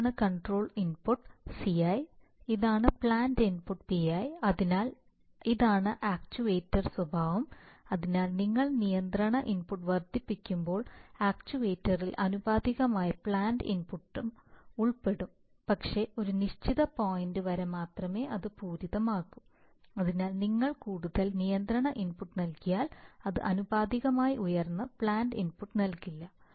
ഇതാണ് control input CI ഇതാണ് plant input PI അതിനാൽ ഇതാണ് ആക്ച്യുവേറ്റർ സ്വഭാവം അതിനാൽ നിങ്ങൾ നിയന്ത്രണ ഇൻപുട്ട് വർദ്ധിപ്പിക്കുമ്പോൾ ആക്യുവേറ്ററിൽ ആനുപാതികമായി പ്ലാന്റ് ഇൻപുട്ടും ഉൾപ്പെടും പക്ഷേ ഒരു നിശ്ചിത പോയിന്റ് വരെ മാത്രമേ അത് പൂരിതമാകൂ അതിനാൽ നിങ്ങൾ കൂടുതൽ നിയന്ത്രണ ഇൻപുട്ട് നൽകിയാൽ അത് ആനുപാതികമായി ഉയർന്ന പ്ലാന്റ് ഇൻപുട്ട് നൽകില്ല